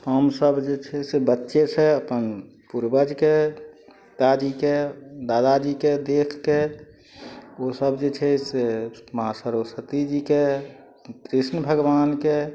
हमसब जे छै से बच्चेसँ अपन पूर्वजके पिताजीके दादाजीके देखके ओ सब जे छै से माँ सरस्वती जीके कृष्ण भगवानके